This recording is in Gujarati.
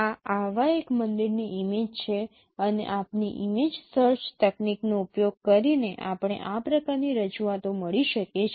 આ આવા એક મંદિરની ઇમેજ છે અને આપની ઇમેજ સર્ચ તકનીકનો ઉપયોગ કરીને આપણે આ પ્રકારની રજૂઆતો મળી શકે છે